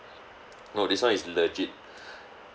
no this one is legit